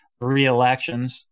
reelections